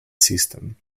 system